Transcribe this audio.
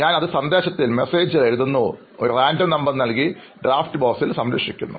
ഞാൻ അത് സന്ദേശത്തിൽ എഴുതുന്നു ഒരു റാൻഡം നമ്പർ നൽകി ഡ്രാഫ്റ്റ് ബോക്സിൽ സംരക്ഷിക്കുന്നു